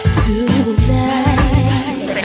tonight